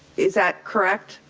is that correct?